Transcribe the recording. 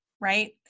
right